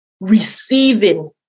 receiving